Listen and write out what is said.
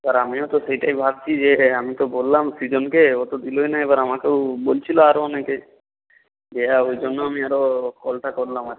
আর আমিও তো সেইটাই ভাবছি যে আমি তো বললাম সৃজনকে ও তো দিলই না এবার আমাকেও বলছিল আরও অনেকে যে হ্যাঁ ওই জন্য আমি আরও কলটা করলাম আর কি